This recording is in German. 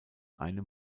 einem